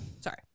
Sorry